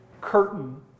curtain